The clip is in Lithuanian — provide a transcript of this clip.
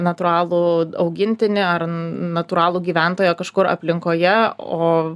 natūralų augintinį ar natūralų gyventoją kažkur aplinkoje o